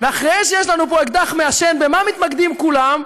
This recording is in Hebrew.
ואחרי שיש לנו פה אקדח מעשן, במה מתמקדים כולם?